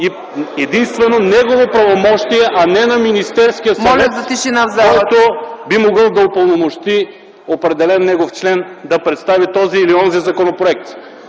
единствено негово правомощие, а не на Министерския съвет, който би могъл да упълномощи определен негов член да представи този или онзи законопроект.